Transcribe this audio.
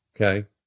Okay